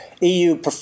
EU